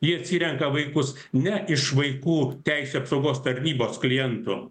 ji atsirenka vaikus ne iš vaikų teisių apsaugos tarnybos klientų